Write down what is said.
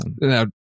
now